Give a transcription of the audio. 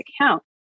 account